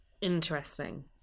Interesting